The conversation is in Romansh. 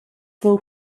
vul